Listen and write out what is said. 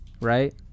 right